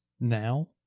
now